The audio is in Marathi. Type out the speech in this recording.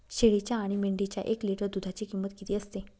शेळीच्या आणि मेंढीच्या एक लिटर दूधाची किंमत किती असते?